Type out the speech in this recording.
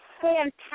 fantastic